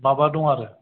माबा दं आरो